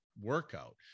workout